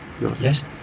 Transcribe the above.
Yes